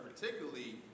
particularly